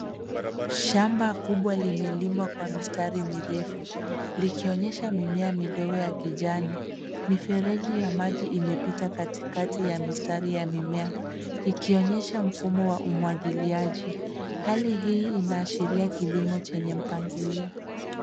Shamba kubwa limelimwa kwa mistari mirefu likionyesha mimea midogo ya kijani. Mifereji ya maji imepita katikati ya mistari ya mimea. Ikionyesha mfumo wa umwangiliaji. Hali hii inaashiria kilimo chenye mpangilio.